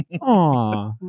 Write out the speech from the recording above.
aw